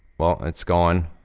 well, it's goin'.